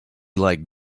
like